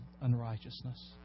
unrighteousness